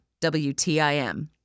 WTIM